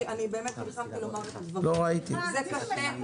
זה קשה,